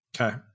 Okay